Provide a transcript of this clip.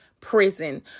prison